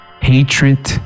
Hatred